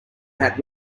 hat